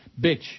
bitch